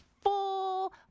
full